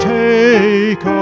take